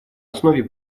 основе